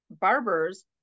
barbers